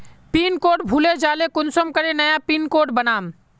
Pin code भूले जाले कुंसम करे नया पिन कोड बनाम?